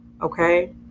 Okay